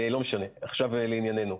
אבל בעיקרון,